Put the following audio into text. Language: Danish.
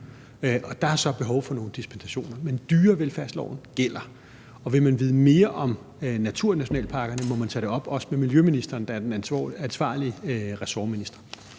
er så behov for nogle dispensationer; men dyrevelfærdsloven gælder. Og vil man vide mere om naturnationalparkerne, må man tage det op også med miljøministeren, der er den ansvarlige ressortminister.